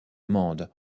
amende